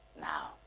now